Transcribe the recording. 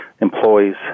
employees